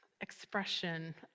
expression